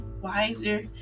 wiser